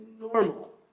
normal